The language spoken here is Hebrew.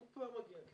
הוא מגיע.